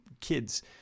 kids